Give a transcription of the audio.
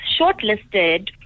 shortlisted